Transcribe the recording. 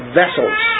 vessels